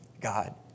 God